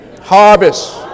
harvest